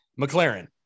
McLaren